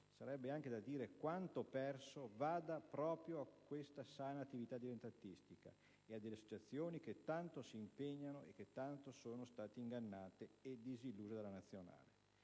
sarebbe anche da dire quanto perso - vada proprio a questa sana attività dilettantistica ed alle associazioni che tanto si impegnano e che tanto sono state ingannate, e poi disilluse, dalla Nazionale.